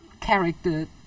character